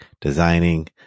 designing